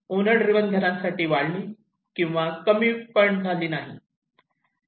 owner driven घरांसाठी वाढली किंवा कमी पण झाली नाही